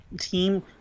team